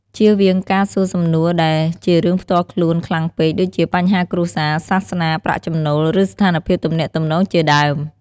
ជៀសវាងការសួរសំណួរដែលជារឿងផ្ទាល់ខ្លួនខ្លាំងពេក ដូចជាបញ្ហាគ្រួសារ សាសនា ប្រាក់ចំណូល ឬស្ថានភាពទំនាក់ទំនងជាដើម។